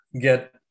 get